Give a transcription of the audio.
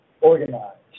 organized